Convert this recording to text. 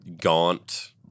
gaunt